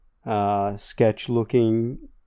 sketch-looking